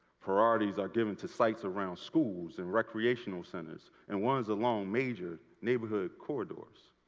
priorities are given to sites around schools and recreational centers and once along major neighborhood corridors.